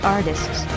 Artists